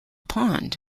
pond